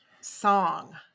song